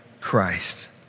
Christ